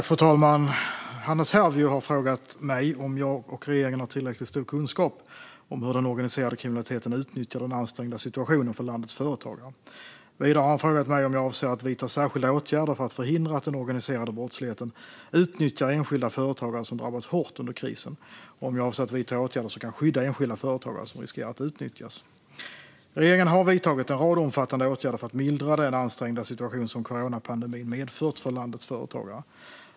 Fru talman! Hannes Hervieu har frågat mig om jag och regeringen har tillräckligt stor kunskap om hur den organiserade kriminaliteten utnyttjar den ansträngda situationen för landets företagare. Vidare har han frågat mig om jag avser att vidta särskilda åtgärder för att förhindra att den organiserade brottsligheten utnyttjar enskilda företagare som drabbats hårt under krisen och om jag avser att vidta åtgärder som kan skydda enskilda företagare som riskerar att utnyttjas. Regeringen har vidtagit en rad omfattande åtgärder för att mildra den ansträngda situation som coronapandemin medfört för landets företagare.